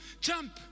jump